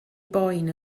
boen